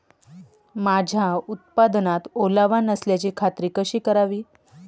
माझ्या उत्पादनात ओलावा नसल्याची खात्री कशी करावी?